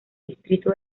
distrito